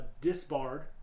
disbarred